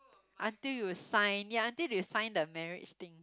until you sign ya until they sign the marriage thing